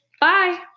Bye